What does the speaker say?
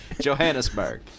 Johannesburg